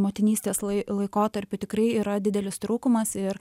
motinystės lai laikotarpiu tikrai yra didelis trūkumas ir